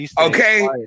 Okay